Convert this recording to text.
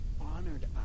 honored